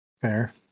Fair